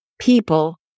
People